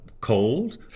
Cold